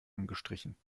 angestrichen